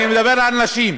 אני מדבר על נשים.